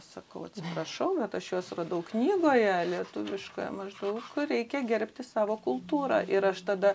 sakau atsiprašau bet aš juos suradau knygoje lietuviškoje maždaug reikia gerbti savo kultūrą ir aš tada